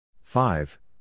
five